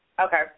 Okay